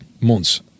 months